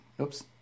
Oops